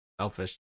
selfish